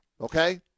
Okay